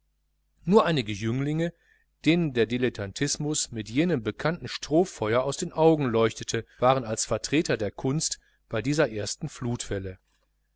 nur einige jünglinge denen der dilettantismus mit jenem bekannten strohfeuer aus den augen leuchtete waren als vertreter der kunst bei dieser ersten flutwelle